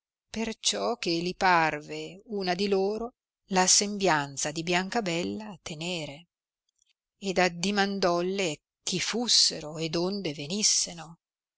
cuore perciò che li parve una di loro la sembianza di biancabella tenere ed addimandolle chi fussero e donde venisseno